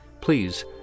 please